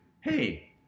Hey